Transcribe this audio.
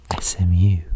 SMU